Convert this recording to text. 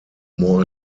more